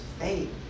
faith